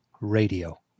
Radio